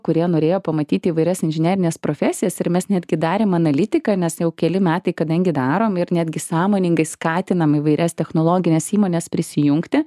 kurie norėjo pamatyt įvairias inžinerines profesijas ir mes netgi darėm analitiką nes jau keli metai kadangi darom ir netgi sąmoningai skatinam įvairias technologines įmones prisijungti